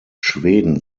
schweden